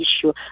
issue